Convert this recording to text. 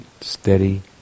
steady